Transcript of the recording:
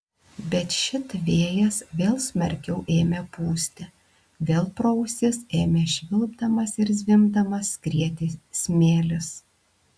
bet šit vėjas vėl smarkiau ėmė pūsti vėl pro ausis ėmė švilpdamas ir zvimbdamas skrieti smėlis